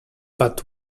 but